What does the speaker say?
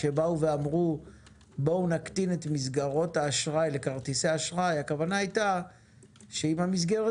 כשאמרו שנקטין את מסגרות האשראי לכרטיסי אשראי הכוונה הייתה שאם המסגרת